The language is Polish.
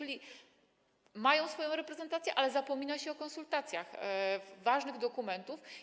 A więc mają swoją reprezentację, ale zapomina się o konsultacjach ważnych dokumentów.